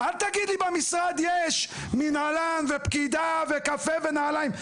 אל תגיד לי במשרד יש מנהלן ופקידה וקפה ונעליים.